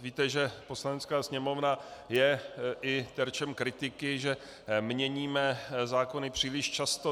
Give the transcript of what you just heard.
Víte, že Poslanecká sněmovna je i terčem kritiky, že měníme zákony příliš často.